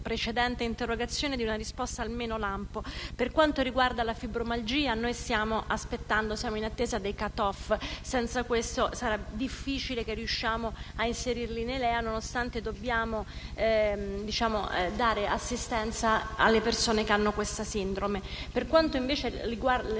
precedente interrogazione di una risposta - perlomeno lampo - per quanto riguarda la fibromialgia: siamo in attesa dei *cut-off*, e senza questo sarà difficile che riusciamo a inserirli nei LEA, nonostante dobbiamo dare assistenza alle persone che hanno questa sindrome. Per quanto riguarda